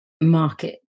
market